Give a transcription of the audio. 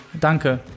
Danke